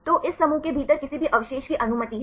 तो इस समूह के भीतर किसी भी अवशेष की अनुमति है